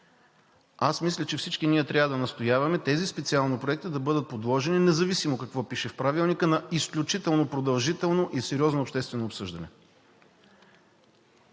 Аз мисля, че всички трябва да настояваме специално тези проекти да бъдат подложени, независимо какво пише в Правилника, на изключително продължително и сериозно обществено обсъждане.